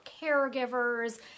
caregivers